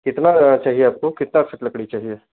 कितना चाहिए आपको कितने फ़ीट लकड़ी चाहिए